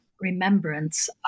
remembrance